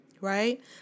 Right